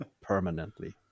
permanently